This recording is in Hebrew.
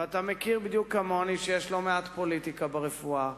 ואתה מכיר ויודע בדיוק כמוני שיש לא מעט פוליטיקה ברפואה,